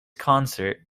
concert